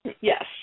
Yes